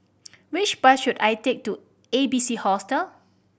which bus should I take to A B C Hostel